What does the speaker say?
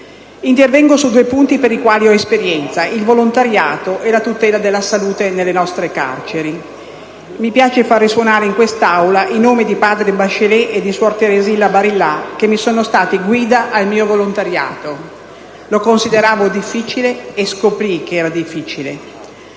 Intervengo su due punti per i quali ho esperienza: il volontariato e la tutela della salute nelle nostre carceri. Mi piace far risuonare in quest'Aula i nomi di padre Bachelet e di suor Teresilla Barillà che mi sono stati guida nel mio volontariato. Lo consideravo difficile, e scoprii che era difficile.